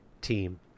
team